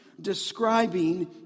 describing